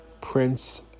prince